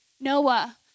Noah